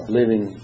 living